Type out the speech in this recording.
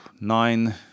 nine